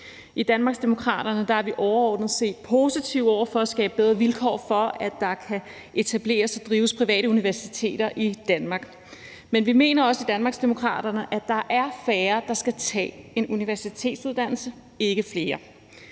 I Danmarksdemokraterne er vi overordnet set positive over for at skabe bedre vilkår for, at der kan etableres og drives private universiteter i Danmark, men vi mener også i Danmarksdemokraterne, at der er færre, der skal tage en universitetsuddannelse, ikke flere.